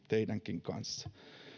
teidänkin kanssa